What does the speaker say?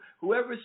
Whoever